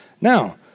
Now